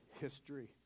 history